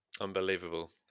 Unbelievable